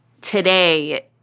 today